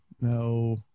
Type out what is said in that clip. No